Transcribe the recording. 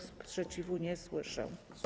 Sprzeciwu nie słyszę.